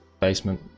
basement